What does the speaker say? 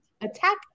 attack